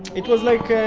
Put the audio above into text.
it was like yeah